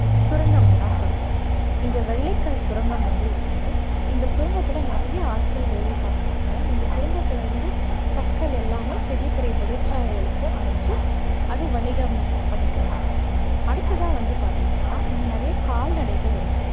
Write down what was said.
சுரங்கம்தான் சொல்லுவேன் இங்கே வெள்ளைக்கல் சுரங்கம் வந்து இருக்குது இந்த சுரங்கத்தில் நிறையா ஆட்கள் வேலை பார்க்குறாங்க இந்த சுரங்கத்திலருந்து கற்கள் எல்லாமே பெரிய பெரிய தொழிற்சாலைகளுக்கு அனுப்பிச்சி அது வணிகம் பண்ணிக்கிறாங்க அடுத்ததாக வந்து பார்த்தீங்கன்னா இங்கே நிறைய கால்நடைகள் இருக்குது